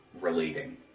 relating